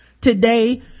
today